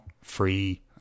free